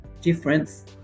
difference